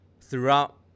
throughout